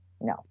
No